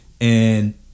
And-